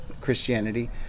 Christianity